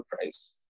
price